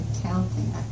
counting